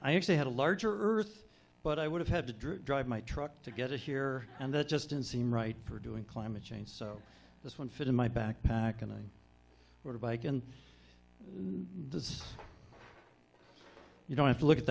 i actually had a larger earth but i would have had to drive my truck to get it here and that just didn't seem right for doing climate change so this one fit in my backpack and i were bike and does you know if you look at